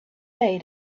day